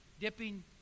Dipping